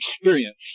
experience